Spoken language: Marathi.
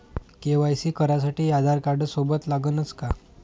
के.वाय.सी करासाठी आधारकार्ड सोबत लागनच का?